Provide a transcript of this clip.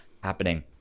happening